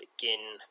Begin